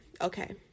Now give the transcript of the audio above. Okay